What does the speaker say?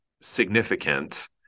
significant